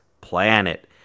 planet